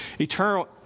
Eternal